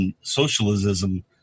socialism